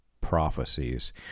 prophecies